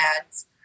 ads